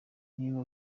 niba